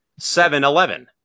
7-Eleven